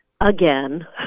again